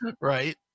right